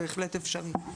בהחלט אפשרי.